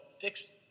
fix